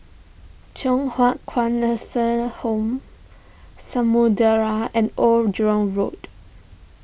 Thye Hua Kwan Nursing Home Samudera and Old Jurong Road